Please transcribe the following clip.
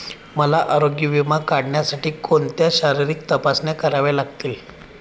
मला आरोग्य विमा काढण्यासाठी कोणत्या शारीरिक तपासण्या कराव्या लागतील?